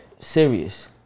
serious